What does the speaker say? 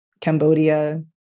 Cambodia